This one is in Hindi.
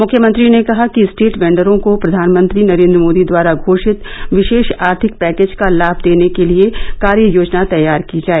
मुख्यमंत्री ने कहा कि स्ट्रीट वेंडरों को प्रवानमंत्री नरेंद्र मोदी द्वारा घोषित विशेष आर्थिक पैकेज का लाभ देने के लिए कार्य योजना तैयार की जाए